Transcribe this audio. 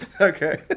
Okay